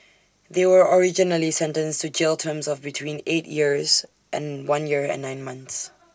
they were originally sentenced to jail terms of between eight years and one year and nine months